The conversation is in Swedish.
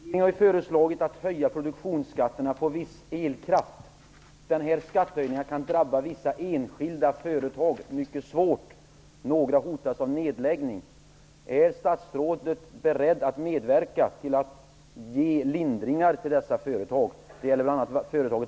Fru talman! Jag har en fråga till näringsminister Regeringen har föreslagit att höja produktionsskatterna på viss elkraft. Den skattehöjningen kan drabba vissa enskilda företag mycket svårt, några hotas av nedläggning. Är statsrådet beredd att medverka till att ge lindringar till dessa företag? Det gäller bl.a. företaget